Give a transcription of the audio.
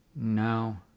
No